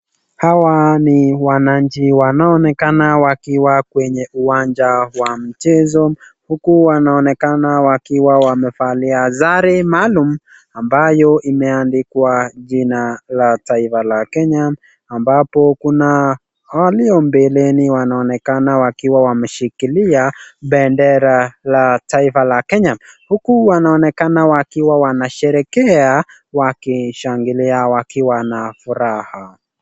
Hawa ni wananchi wanaoonekana wakiwa kwenye uwanja wa mchezo huku wanaonekana wakiwa wamevalia sare maalum ambayo imeandikwa jina la taifa la kenya ambapo kuna ambao walio mbeleni na wakiwa wameshikilia bendera la taifa la kenya huku wanaonekana wakiwa wanasherehekea wakishangilia wakiwa na furaha.